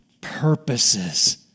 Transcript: purposes